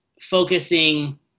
focusing